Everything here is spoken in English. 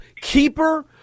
keeper